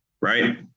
right